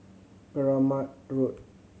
Keramat Road